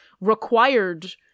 required